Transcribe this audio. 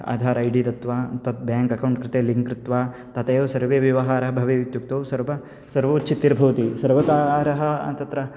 Aadhaar I D दत्वा तत् bank account कृते लिङ्क् कृत्वा तथैव सर्वे व्यवहारः भवेवित्युक्तौ सर्व सर्वोच्चित्तिर्भवति सर्वकारः तत्र